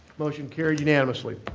motion carries unanimously.